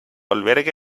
albergue